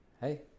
Hey